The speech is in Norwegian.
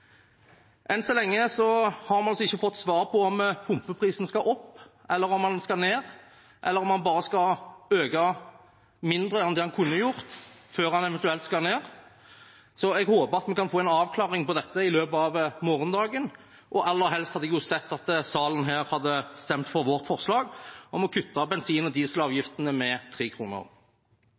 om pumpeprisen skal opp, eller om den skal ned, eller om den bare skal øke mindre enn det den kunne gjort, før den eventuelt skal ned. Jeg håper vi kan få en avklaring på dette i løpet av morgendagen, og aller helst hadde jeg sett at salen her hadde stemt for vårt forslag om å kutte bensin- og dieselavgiftene med